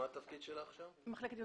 ייעוץ וחקיקה,